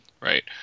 Right